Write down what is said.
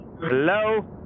Hello